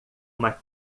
uma